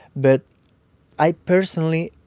but i personally